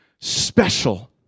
special